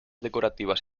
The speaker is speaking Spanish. decorativas